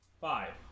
Five